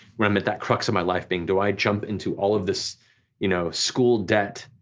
when i'm at that crux of my life being do i jump into all of this you know school debt,